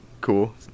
cool